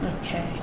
Okay